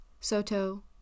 Soto